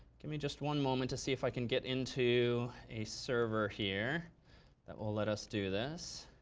give me just one moment to see if i can get into a server here that will let us do this.